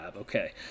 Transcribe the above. Okay